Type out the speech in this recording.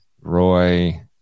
Roy